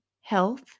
health